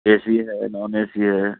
اے C ہے non A C ہے